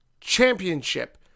championship